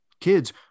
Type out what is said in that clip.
kids